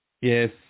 Yes